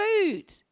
food